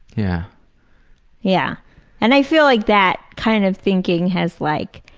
yeah yeah and i feel like that kind of thinking has like